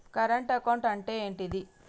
Current account అంటే ఏంటిది?